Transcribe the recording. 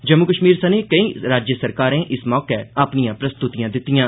जम्मू कश्मीर सने केई राज्य सरकारें इस मौके अपनिआं प्रस्तुतिआं दित्तिआं